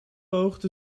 hoogte